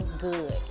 good